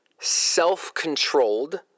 self-controlled